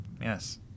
Yes